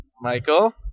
Michael